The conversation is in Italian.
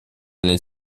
nel